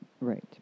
right